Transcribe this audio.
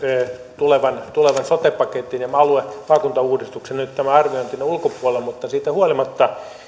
tulevan tulevan sote paketin ja maakuntauudistuksen nyt tämän arviointinne ulkopuolelle mutta siitä huolimatta